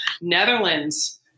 Netherlands